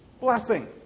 Blessing